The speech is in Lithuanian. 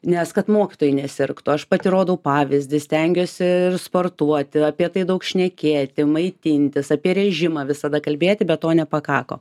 nes kad mokytojai nesirgtų aš pati rodau pavyzdį stengiuosi ir sportuoti apie tai daug šnekėti maitintis apie režimą visada kalbėti bet to nepakako